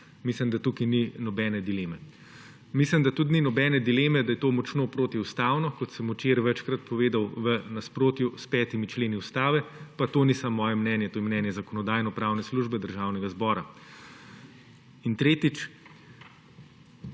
Mislim, da tukaj ni nobene dileme. Mislim, da tudi ni nobene dileme, da je to močno protiustavno, kot sem včeraj večkrat povedal, v nasprotju s petimi členi Ustave. Pa to ni samo moje mnenje, to je mnenje Zakonodajno-pravne službe Državnega zbora. In tretjič,